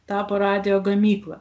tapo radijo gamykla